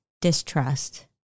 distrust